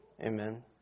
Amen